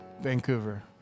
Vancouver